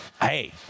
hey